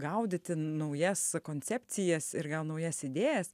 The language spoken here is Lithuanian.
gaudyti naujas koncepcijas ir gal naujas idėjas